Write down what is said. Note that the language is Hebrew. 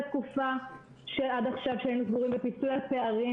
התקופה של עד עכשיו שהיינו סגורים ופיצוי על פערים,